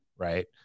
right